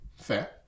fair